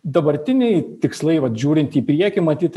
dabartiniai tikslai vat žiūrint į priekį matyt